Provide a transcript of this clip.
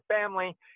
family